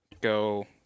go